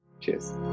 Cheers